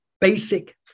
basic